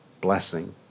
blessing